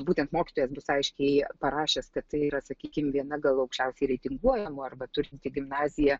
būtent mokytojas bus aiškiai parašęs kad tai yra sakykim viena gal aukščiausiai reitinguojamų arba turinti gimnazija